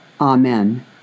Amen